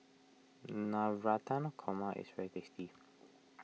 Navratan Korma is very tasty